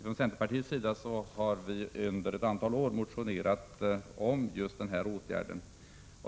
Vi i centern har under ett antal år motionerat om just denna åtgärd.